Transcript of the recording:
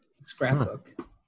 scrapbook